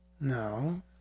no